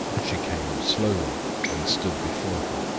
she came slowly and stood before him.